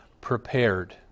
prepared